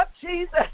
Jesus